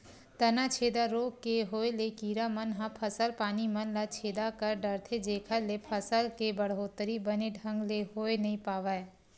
तनाछेदा रोग के होय ले कीरा मन ह फसल पानी मन ल छेदा कर डरथे जेखर ले फसल के बड़होत्तरी बने ढंग ले होय नइ पावय